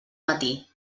matí